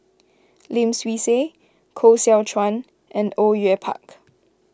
Lim Swee Say Koh Seow Chuan and Au Yue Pak